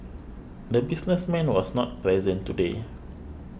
the businessman was not present today